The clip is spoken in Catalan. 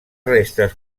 restes